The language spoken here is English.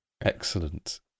Excellent